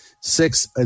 six